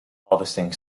harvesting